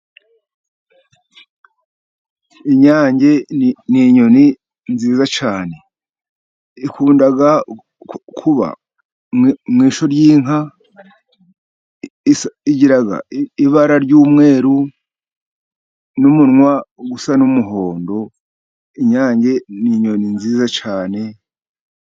Inyange n'inyoni nziza cyane ikunda kuba mu ishyo ry'inka, igira ibara ry'umweru n'umunwa usa n'umuhondo, inyange n'inyoni nziza cyane.